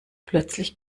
plötzlich